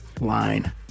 line